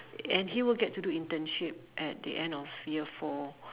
and he will get to do internship at the end of year four